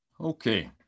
okay